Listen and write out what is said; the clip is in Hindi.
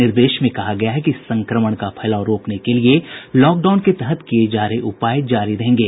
निर्देश में कहा गया है कि संक्रमण का फैलाव रोकने के लिए लॉकडाउन के तहत किए जा रहे उपाय जारी रहेंगे